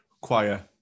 choir